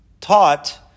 taught